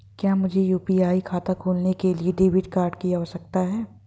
क्या मुझे यू.पी.आई खाता खोलने के लिए डेबिट कार्ड की आवश्यकता है?